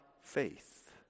faith